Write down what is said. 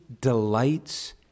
delights